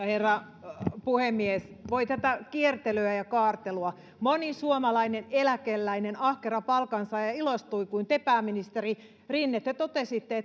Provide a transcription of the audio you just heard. herra puhemies voi tätä kiertelyä ja kaartelua moni suomalainen eläkeläinen ahkera palkansaaja ilostui kun te pääministeri rinne te totesitte